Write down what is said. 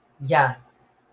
yes